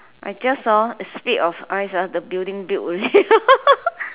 I just hor speed of eyes ah the building built already